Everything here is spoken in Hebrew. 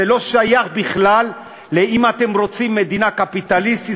זה לא שייך בכלל אם אתם רוצים מדינה קפיטליסטית,